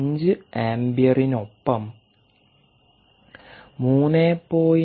5 ആമ്പിയറിനൊപ്പം 3